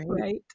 right